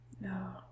No